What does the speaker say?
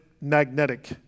magnetic